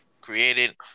created